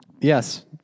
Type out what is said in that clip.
Yes